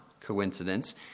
coincidence